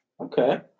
Okay